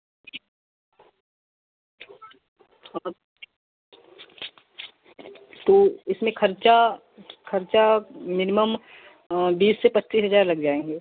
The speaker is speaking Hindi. तो इसमें खर्चा खर्चा मिनिमम बीस से पच्चीस हज़ार लग जाएँगे